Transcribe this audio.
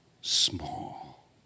small